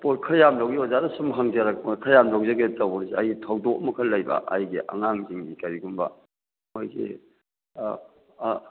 ꯄꯣꯠ ꯈꯔ ꯌꯥꯝ ꯂꯧꯒꯦ ꯑꯣꯖꯥꯗ ꯁꯨꯝ ꯍꯪꯖꯔꯛꯄ ꯈꯔ ꯌꯥꯝ ꯂꯧꯖꯒꯦ ꯇꯧꯕꯅꯤꯗ ꯑꯩ ꯊꯧꯗꯣꯛ ꯑꯃ ꯈꯛ ꯂꯩꯕ ꯑꯩꯒꯤ ꯑꯉꯥꯡꯁꯤꯡ ꯀꯔꯤꯒꯨꯝꯕ ꯃꯈꯣꯏꯒꯤ ꯑꯥ ꯑꯥ